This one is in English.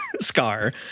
scar